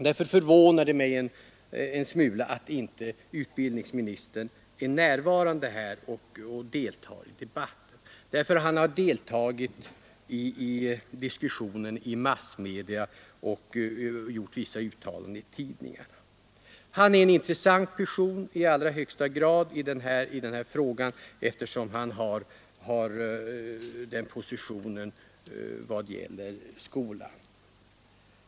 Därför förvånar det mig en smula att inte utbildningsministern är närvarande här och deltar i debatten — han har ju deltagit i diskussionen i massmedia och gjort vissa uttalanden i tidningarna. Han är en i allra högsta grad intressant person i det här sammanhanget med den position han har.